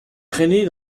traînées